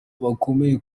bakomeye